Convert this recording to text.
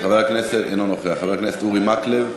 רוצה להתנצר או להתאסלם אבל אני לא מאמין במוחמד ולא מאמין באלוקים.